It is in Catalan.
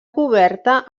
coberta